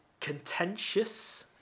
contentious